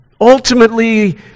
Ultimately